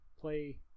Play